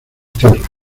tierra